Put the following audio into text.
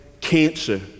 cancer